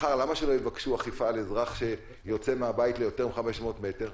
מחר למה שלא יבקשו אכיפה על אזרח שיוצא מהבית ליותר מ-500 מטר?